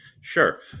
Sure